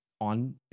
on